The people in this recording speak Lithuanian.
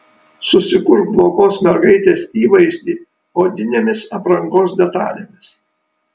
susikurk blogos mergaitės įvaizdį odinėmis aprangos detalėmis